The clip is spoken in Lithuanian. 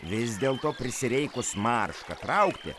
vis dėlto prisireikus maršką traukti